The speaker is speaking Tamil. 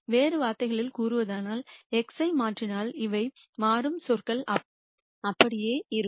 வேறு வார்த்தைகளில் கூறுவதானால் நான் x ஐ மாற்றினால் இவை மாறும் சொற்கள் அப்படியே இருக்கும்